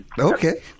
Okay